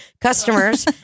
customers